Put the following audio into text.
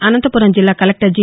అసంతపురం జిల్లా collector G